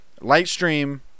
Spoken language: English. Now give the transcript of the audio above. Lightstream